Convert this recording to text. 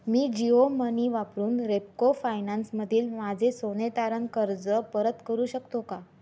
मी जिओमनी वापरून रेपको फायनान्समधील माझे सोनेतारण कर्ज परत करू शकतो का